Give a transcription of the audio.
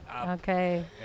Okay